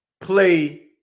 play